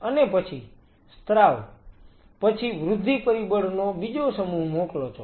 અને પછી સ્ત્રાવ પછી વૃદ્ધિ પરિબળનો બીજો સમૂહ મોકલો છો